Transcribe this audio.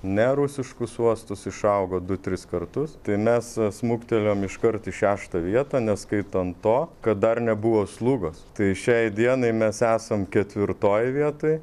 nerusiškus uostus išaugo du tris kartus tai mes smuktelėjom iškart į šeštą vietą neskaitant to kad dar nebuvo slugos tai šiai dienai mes esam ketvirtoj vietoj